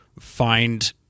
find